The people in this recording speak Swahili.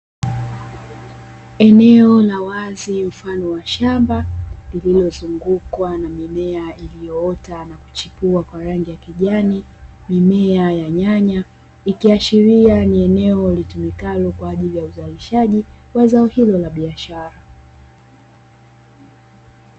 Eneo la wazi mfano wa shamba lililozungukwa na mimea iliyoota na kuchipua kwa rangi ya kijani, mimea ya nyanya ikiashiria ni eneo litumikalo kwa ajili ya uzalishaji kwa zao hilo la biashara.